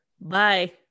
bye